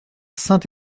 saint